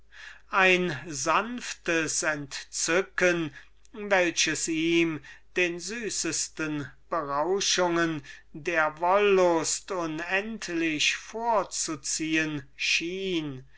ein sanftes entzücken welches ihm in diesen augenblicken den süßesten berauschungen der wollust unendlich vorzuziehen schien